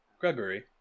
Gregory